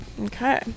okay